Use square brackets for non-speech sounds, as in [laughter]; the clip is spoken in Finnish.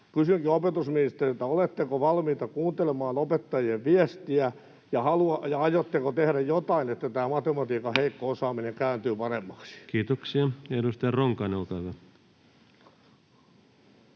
Kysynkin opetusministeriltä: oletteko valmiita kuuntelemaan opettajien viestiä, ja aiotteko tehdä jotain, että tämä matematiikan [noise] heikko osaaminen kääntyy paremmaksi? Kiitoksia. — Edustaja Ronkainen, olkaa hyvä.